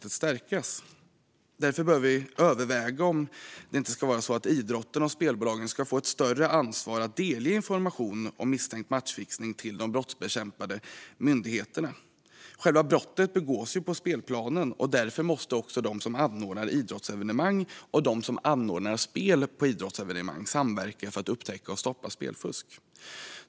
Det bör därför övervägas om idrotten och spelbolagen ska få ett större ansvar för att delge information om misstänkt matchfixning till de brottsbekämpande myndigheterna. Själva brottet begås på spelplanen, och därför måste de som anordnar idrottsevenemang och de som anordnar spel på sådana evenemang samverka för att upptäcka och stoppa spelfusk.